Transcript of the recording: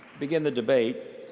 begin the debate,